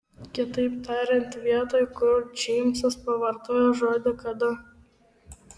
kitaip tariant vietoj kur džeimsas pavartojo žodį kada